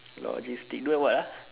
logistic do like what uh